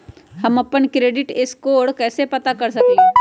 हम अपन credit score कैसे पता कर सकेली?